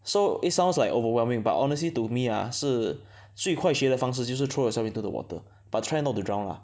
so it sounds like overwhelming but honestly to me ah 是最快学的方式就是 throw yourself into the water but try not to drown lah